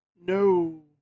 No